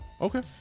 Okay